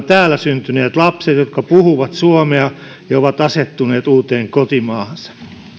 täällä syntyneet lapset jotka puhuvat suomea ja ovat asettuneet uuteen kotimaahansa